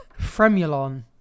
Fremulon